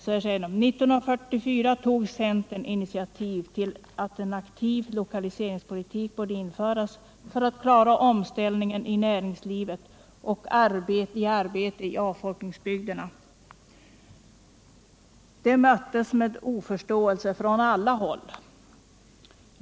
”1944 tog centern initiativ till att en aktiv lokaliseringspolitik borde införas för att klara omställningen i näringslivet och arbete till avfolkningsbygderna. Det möttes av oförståelse från alla håll.